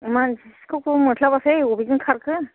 मानसिखौथ' मोनस्लाबासै अबेजों खारखो